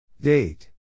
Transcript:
Date